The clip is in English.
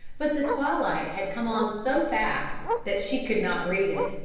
but the twilight had come on so fast that she could not read it.